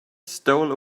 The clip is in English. stole